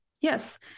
Yes